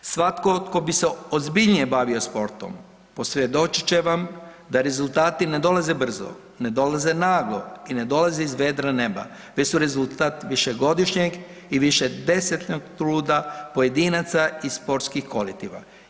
Svatko tko bi se ozbiljnije bavio sportom posvjedočit će vam da rezultati ne dolaze brzo, ne dolaze naglo i ne dolaze iz vedra neba, te su rezultat višegodišnjeg i višedesetnog truda pojedinaca i sportskih kolektiva.